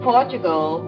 Portugal